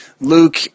Luke